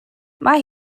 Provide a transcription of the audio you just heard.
mae